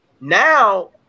Now